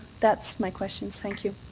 that's my questions. thank you.